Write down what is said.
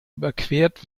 überquert